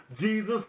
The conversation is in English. Jesus